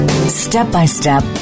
Step-by-step